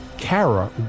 Kara